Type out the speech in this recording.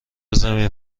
زمین